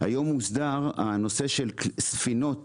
הנושא של ספינות